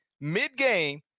mid-game